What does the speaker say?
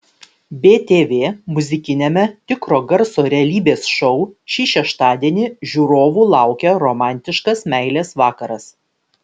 btv muzikiniame tikro garso realybės šou šį šeštadienį žiūrovų laukia romantiškas meilės vakaras